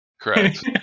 Correct